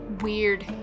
weird